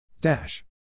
Dash